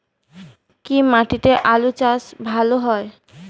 কি মাটিতে আলু চাষ ভালো হয়?